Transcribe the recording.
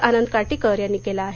आनंद काटीकर यांनी केलं आहे